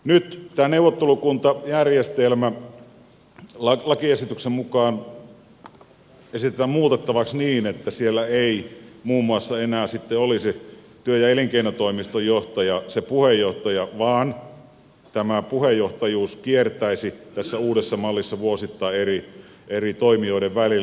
nyt tätä neuvottelukuntajärjestelmää lakiesityksen mukaan esitetään muutettavaksi niin että siellä ei muun muassa enää työ ja elinkeinotoimiston johtaja olisi se puheenjohtaja vaan tämä puheenjohtajuus kiertäisi tässä uudessa mallissa vuosittain eri toimijoiden välillä